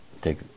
Take